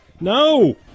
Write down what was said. no